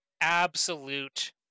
Absolute